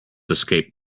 escape